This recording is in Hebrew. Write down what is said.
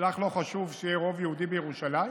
לך לא חשוב שיהיה רוב יהודי בירושלים?